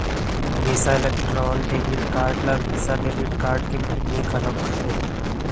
बिसा Electron debit card ल Visa debit card के बहिनी घलौक कथें